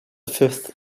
fifth